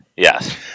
Yes